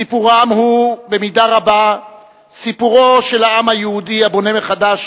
סיפורם הוא במידה רבה סיפורו של העם היהודי הבונה מחדש